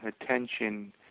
attention